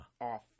Off